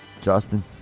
Justin